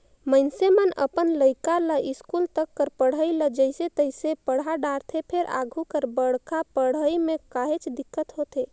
मइनसे मन अपन लइका ल इस्कूल तक कर पढ़ई ल जइसे तइसे पड़हा डारथे फेर आघु कर बड़का पड़हई म काहेच दिक्कत होथे